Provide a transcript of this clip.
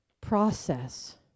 process